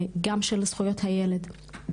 גם באמנה לזכויות הילד.